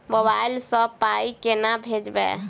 Mobile सँ पाई केना भेजब?